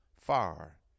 far